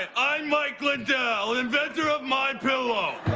and i'm mike lindell, inventor of my pillow.